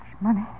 money